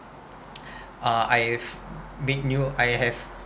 uh I've met new I have